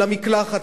למקלחת,